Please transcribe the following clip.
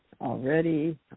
already